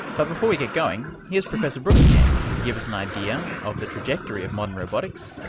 but before we get going, here's professor brooks again to give us an idea of the trajectory of modern robotics,